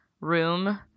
Room –